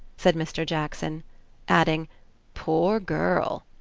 said mr. jackson adding poor girl!